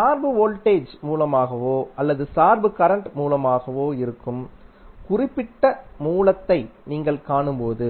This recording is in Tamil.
சார்பு வோல்டேஜ் மூலமாகவோ அல்லது சார்பு கரண்ட் மூலமாகவோ இருக்கும் குறிப்பிட்ட மூலத்தை நீங்கள் காணும்போது